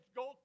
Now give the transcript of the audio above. go